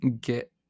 get